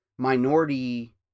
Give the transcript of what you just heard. minority